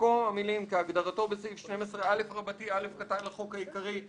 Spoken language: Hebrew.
במקום המילים "כהגדרתו בסעיף 12א(א) לחוק העיקרי,